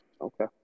Okay